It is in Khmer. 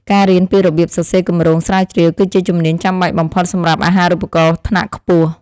ការរៀនពីរបៀបសរសេរគម្រោងស្រាវជ្រាវគឺជាជំនាញចាំបាច់បំផុតសម្រាប់អាហារូបករណ៍ថ្នាក់ខ្ពស់។